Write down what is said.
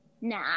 nah